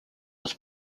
was